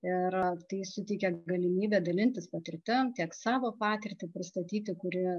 ir tai suteikia galimybę dalintis patirtim tiek savo patirtį pristatyti kuri